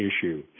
issue